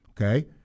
okay